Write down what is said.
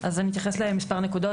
אז אני אתייחס למספר נקודות,